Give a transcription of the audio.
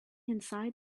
inside